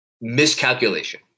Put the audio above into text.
miscalculation